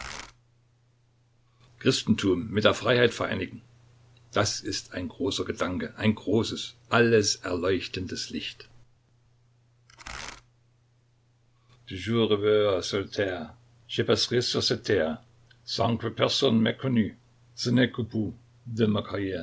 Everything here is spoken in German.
mit der freiheit vereinigen das ist ein großer gedanke ein großes alles erleuchtendes licht